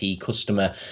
customer